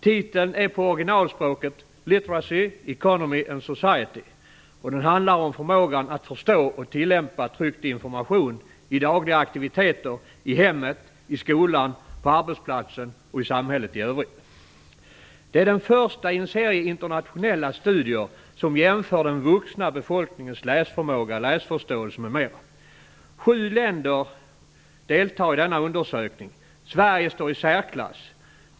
Titeln är på originalspråket Literacy, economy and society, och rapporten handlar om förmågan att förstå och tillämpa tryckt information i dagliga aktiviteter i hemmet, i skolan, på arbetsplatsen och i samhället i övrigt. Det är den första i en serie internationella studier som jämför den vuxna befolkningens läsförmåga, läsförståelse m.m. Sju länder deltar i denna undersökning, och Sverige står i särklass.